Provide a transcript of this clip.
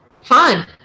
fun